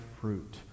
fruit